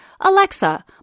Alexa